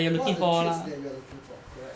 what the traits that you are looking for correct